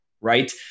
right